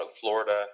Florida